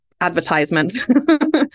advertisement